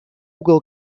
угол